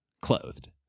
clothed